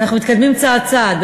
אנחנו מתקדמים צעד-צעד,